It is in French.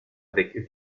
avec